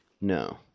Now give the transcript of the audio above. No